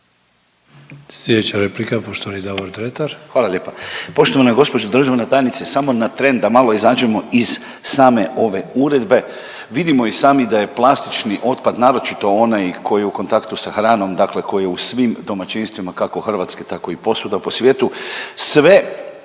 Sljedeća replika poštovani Davor Dretar.